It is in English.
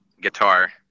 guitar